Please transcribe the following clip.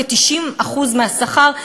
כ-90% מהשכר.